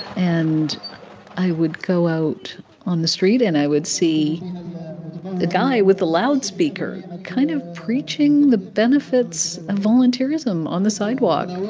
and i would go out on the street. and i would see a guy with the loudspeaker ah kind of preaching the benefits of volunteerism on the sidewalk